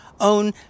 own